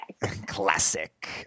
Classic